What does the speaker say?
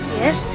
yes